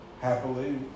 happily